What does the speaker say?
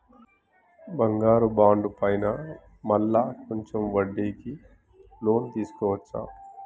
బంగారు బాండు పైన మళ్ళా కొంచెం వడ్డీకి లోన్ తీసుకోవచ్చా?